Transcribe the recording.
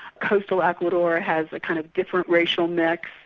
coastal ecuador has a kind of different racial mix,